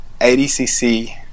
adcc